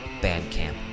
Bandcamp